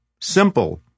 Simple